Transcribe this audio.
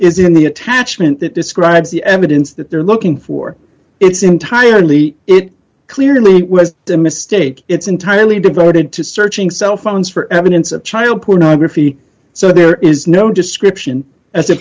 is in the attachment that describes the evidence that they're looking for it's entirely it clearly was a mistake it's entirely devoted to searching cell phones for evidence of child pornography so there is no description as